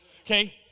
okay